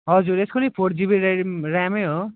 हजुर यसको नि फोर जिबी ऱ्याम ऱ्यामै हो